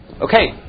Okay